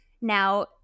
now